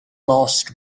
lost